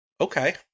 okay